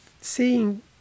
seeing